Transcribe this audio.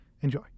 enjoy